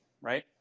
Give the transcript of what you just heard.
right